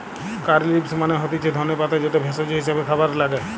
কারী leaves মানে হতিছে ধনে পাতা যেটা ভেষজ হিসেবে খাবারে লাগে